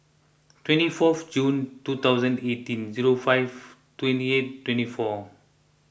twenty fourth June two thousand eighteen zero five twenty eight twenty four